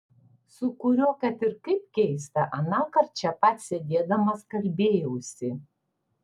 su kuriuo kad ir kaip keista anąkart čia pat sėdėdamas kalbėjausi